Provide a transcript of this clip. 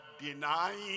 denying